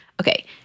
Okay